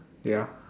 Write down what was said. ya